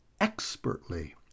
expertly